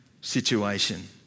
situation